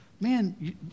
man